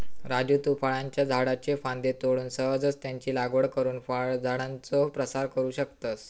राजू तु फळांच्या झाडाच्ये फांद्ये तोडून सहजच त्यांची लागवड करुन फळझाडांचो प्रसार करू शकतस